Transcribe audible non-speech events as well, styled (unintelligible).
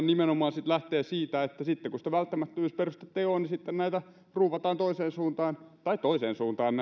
(unintelligible) nimenomaan lähtee siitä että sitten kun sitä välttämättömyysperustetta ei ole niin sitten näitä asetuksia ruuvataan toiseen suuntaan tai toiseen suuntaan (unintelligible)